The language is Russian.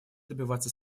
добиваться